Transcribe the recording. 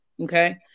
Okay